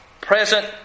present